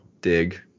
dig